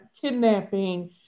kidnapping